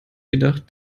gedacht